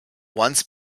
once